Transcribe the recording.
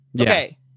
Okay